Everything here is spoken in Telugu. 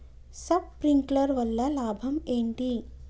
శప్రింక్లర్ వల్ల లాభం ఏంటి?